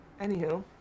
Anywho